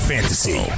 Fantasy